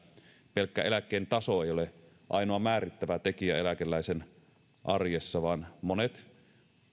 pelkkä eläkkeen taso ei ole ainoa määrittävä tekijä eläkeläisen arjessa vaan monet